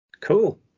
cool